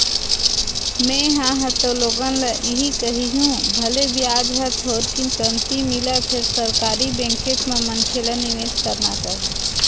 में हा ह तो लोगन ल इही कहिहूँ भले बियाज ह थोरकिन कमती मिलय फेर सरकारी बेंकेच म मनखे ल निवेस करना चाही